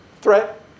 threat